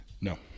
No